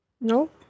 No